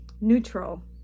neutral